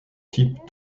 type